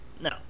no